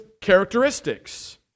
characteristics